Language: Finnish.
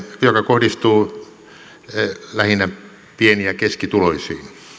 joka kohdistuu lähinnä pieni ja keskituloisiin